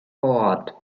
bored